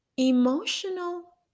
Emotional